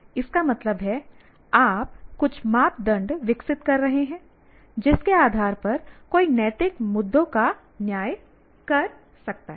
इसका मतलब है आप कुछ मापदंड विकसित कर रहे हैं जिसके आधार पर कोई नैतिक मुद्दों का न्याय कर सकता है